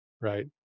Right